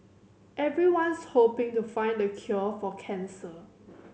everyone's hoping to find the cure for cancer